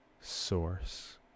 Source